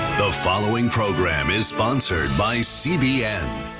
the following program is sponsored by cbn.